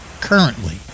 currently